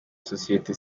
sosiyete